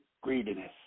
greediness